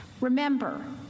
Remember